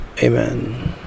Amen